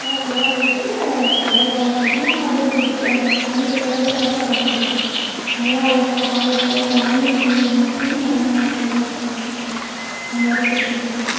எல்லாம் அங்கே தான் போயிட்டு கடற்கரைலாம் அடிக்கணும் ஆனால் அது எனக்கு பிடிக்காது எனக்கு வந்துட்டு குளத்துல தான் ரொம்ப பிடிக்கும் அங்கே தான் அழகாக தாமரைப்பூ அப்புறம் அல்லிப்பூ இந்தமாதிரி நிறையா பூலாம் இருக்கும் அங்கே அடிக்க பிடிக்கும்